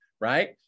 right